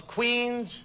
Queens